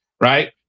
right